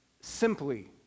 simply